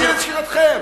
לשיטתכם.